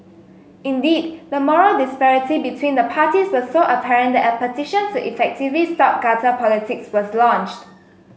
indeed the moral disparity between the parties was so apparent that a petition to effectively stop gutter politics was launched